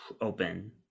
open